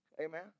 Amen